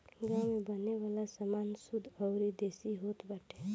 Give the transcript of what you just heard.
गांव में बने वाला सामान शुद्ध अउरी देसी होत बाटे